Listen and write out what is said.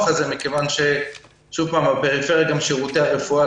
הזה מכיוון שבפריפריה גם שירותי הרפואה,